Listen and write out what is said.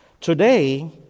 Today